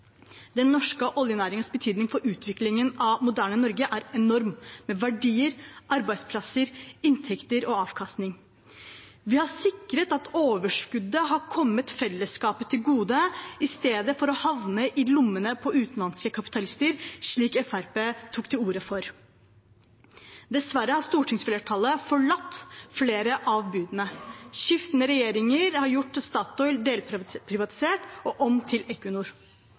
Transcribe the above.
Den norske oljenæringens betydning for utviklingen av det moderne Norge er enorm – med verdier, arbeidsplasser, inntekter og avkastning. Vi har sikret at overskuddet har kommet fellesskapet til gode i stedet for å havne i lommene på utenlandske kapitalister, slik Fremskrittspartiet tok til orde for. Dessverre har stortingsflertallet forlatt flere av budene. Skiftende regjeringer har gjort Statoil delprivatisert og om til